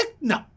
no